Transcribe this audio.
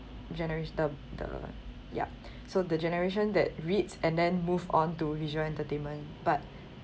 generat~ the the yup so the generation that reads and then move on to visual entertainment but